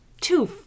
two